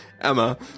Emma